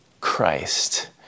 Christ